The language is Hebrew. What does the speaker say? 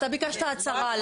אתה ביקשת הצהרה.